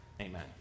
Amen